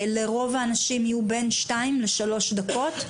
לרוב האנשים יהיו בין שתיים לשלוש דקות.